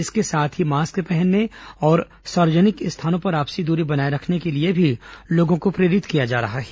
इसके साथ ही मास्क पहनने और सार्वजनिक स्थानों पर आपसी दूरी बनाए रखने के लिए भी लोगों को प्रेरित किया जा रहा है